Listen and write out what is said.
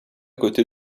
côté